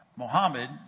Mohammed